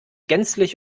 gänzlich